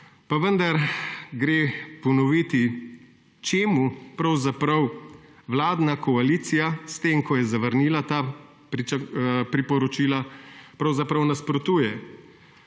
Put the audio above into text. pa vendar gre ponoviti, čemu pravzaprav vladna koalicija s tem, ko je zavrnila ta priporočila, nasprotuje.